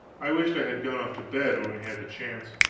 i wished i had gone off to bed when i had the chance.